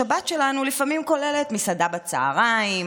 השבת שלנו לפעמים כוללת מסעדה בצוהריים,